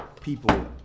people